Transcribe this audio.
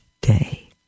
day